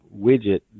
widget